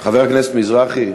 חבר הכנסת מזרחי,